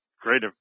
Great